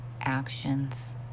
actions